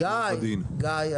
גיא,